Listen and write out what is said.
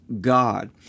God